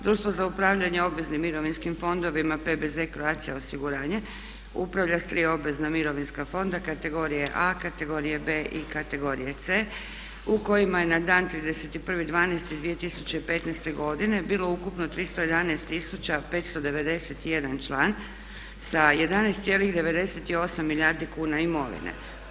Društvo za upravljanje obveznim mirovinskim fondovima PBZ Croatia osiguranje upravlja s tri obvezna mirovinska fonda kategorije A, kategorije B i kategorije C u kojima je na dan 31.12.2015. godine bilo ukupno 311 591 član sa 11,98 milijardi kuna imovine.